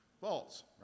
false